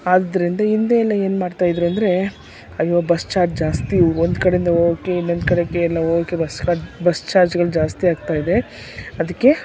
ಆದ್ದರಿಂದ ಹಿಂದೆಯೆಲ್ಲ ಏನ್ಮಾಡ್ತಾಯಿದ್ದರು ಅಂದರೆ ಅಯ್ಯೋ ಬಸ್ ಚಾರ್ಜ್ ಜಾಸ್ತಿ ಒಂದು ಕಡೆಯಿಂದ ಹೋಗೋಕೆ ಇನ್ನೊಂದು ಕಡೆಗೆಲ್ಲ ಹೋಗೋಕ್ಕೆಲ್ಲ ಬಸ್ ಚಾರ್ ಬಸ್ ಚಾರ್ಜ್ಗಳು ಜಾಸ್ತಿ ಆಗ್ತಾಯಿದೆ ಅದಕ್ಕೆ